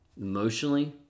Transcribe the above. Emotionally